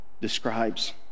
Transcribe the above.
describes